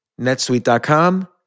NetSuite.com